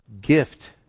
gift